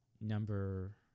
number